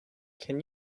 can